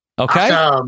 okay